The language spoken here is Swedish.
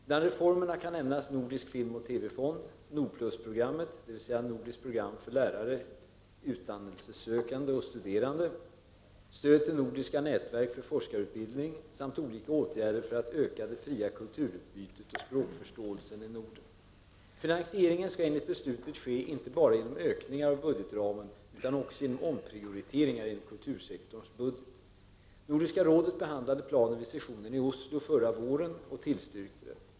Bland reformerna kan nämnas Nordisk Film och TV-fond, NORDPLUS-programmet, dvs. Nordiskt Program for Laerare, Uddannelsesogende och Studerende, vidare stöd till nordiska nätverk för forskarutbildning samt olika åtgärder för att öka det fria kulturutbytet och språkförståelsen i Norden. Finansieringen skall enligt beslutet ske inte bara genom ökningar av budgetramen utan också genom omprioriteringar inom kultursektorns budget. Nordiska rådet behandlade planen vid sessionen i Oslo förra våren och tillstyrkte den.